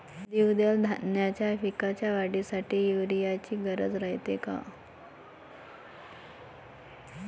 द्विदल धान्याच्या पिकाच्या वाढीसाठी यूरिया ची गरज रायते का?